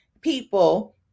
people